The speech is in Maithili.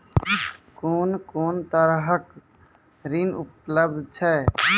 कून कून तरहक ऋण उपलब्ध छै?